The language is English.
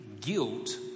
guilt